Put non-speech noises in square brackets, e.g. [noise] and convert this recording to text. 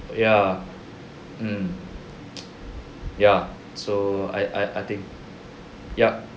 ya mm [noise] ya so I I I think yup